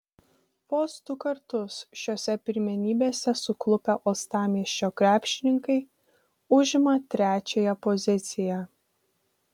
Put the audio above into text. vos du kartus šiose pirmenybėse suklupę uostamiesčio krepšininkai užimą trečiąją poziciją